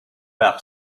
par